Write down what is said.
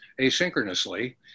asynchronously